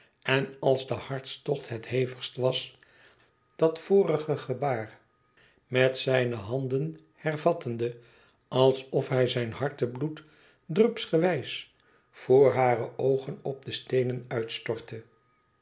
en als de hartstocht het hevigst was dat vorige gebaar met zijne handen hervattende alsof hij zijn hartebloed drupsgewijs voor hare oogen op de steenen uitstortte